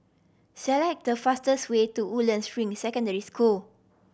select the fastest way to Woodlands Ring Secondary School